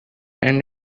and